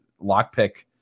lockpick